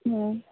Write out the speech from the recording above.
ହଁ